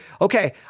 okay